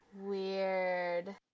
Weird